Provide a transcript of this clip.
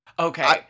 Okay